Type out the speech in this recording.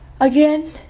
Again